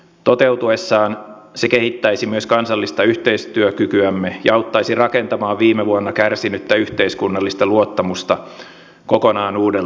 toteutuessaan se kehittäisi myös kansallista yhteistyökykyämme ja auttaisi rakentamaan viime vuonna kärsinyttä yhteiskunnallista luottamusta kokonaan uudelta pohjalta